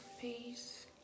peace